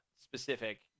specific